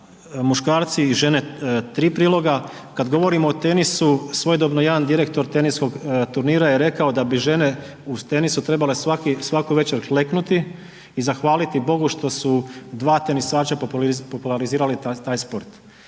muškarci i žene 3 priloga. Kad govorimo o tenisu svojedobno jedan direktor teniskog turnira je rekao da bi žene u tenisu trebale svaku večer kleknuti i zahvaliti Bogu što su dva tenisača popularizirali taj sport.